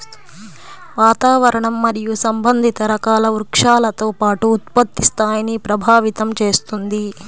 వాతావరణం మరియు సంబంధిత రకాల వృక్షాలతో పాటు ఉత్పత్తి స్థాయిని ప్రభావితం చేస్తుంది